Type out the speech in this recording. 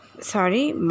Sorry